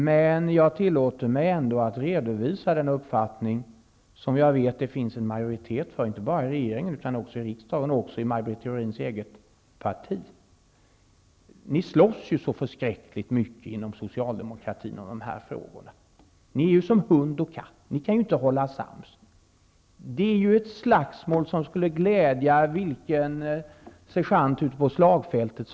Men jag tillåter mig ändå att redovisa den uppfattning som jag vet att det finns en majoritet för inte bara i regeringen men också i riksdagen och i Maj Britt Theorins eget parti. Ni slåss så förskräckligt mycket inom socialdemokratin om dessa frågor. Ni är som hund och katt: ni kan inte hålla sams. Det är ett slagsmål som skulle glädja vilken sergeant som helst ute på slagfältet.